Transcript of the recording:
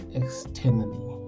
externally